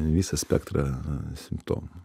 visą spektrą simptomų